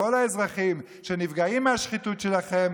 כל האזרחים שנפגעים מהשחיתות שלכם,